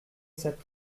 sept